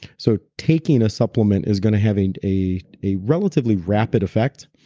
so taking a supplement is going to have and a a relatively rapid effect.